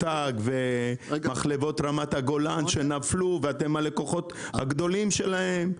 במחלבות רמת הגולן שנפלו ואתם הלקוחות הגדולים שלהם,